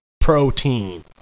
Protein